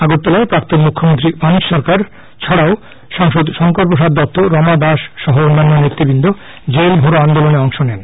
আগরতলায় প্রাক্তন মুখ্যমন্ত্রী মানিক সরকার ছাডাও শংকর প্রসাদ দত্ত রমা দাস সহ অন্যান্য নেতৃবৃন্দ জেল ভরো আন্দোলন এ অংশ নেন